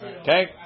Okay